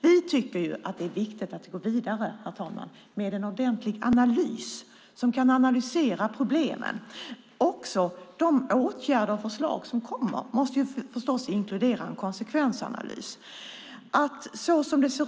Vi tycker att det är viktigt att gå vidare med en ordentlig analys av problemen. Även de åtgärder och förslag som kommer måste förstås inkludera en konsekvensanalys.